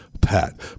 PAT